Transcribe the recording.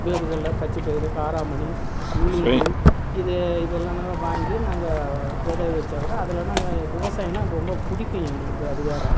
வேர்கடல பச்சை பயிறு காராமணி உளுந்து இது இதெல்லாம் நாங்கள் வாங்கி நாங்கள் வெதை வச்சா கூட அதெல்லாம் நாங்கள் விவசாயம்ன்னால் ரொம்ப பிடிக்கும் எங்களுக்கு அது வேறு